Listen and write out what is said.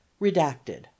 redacted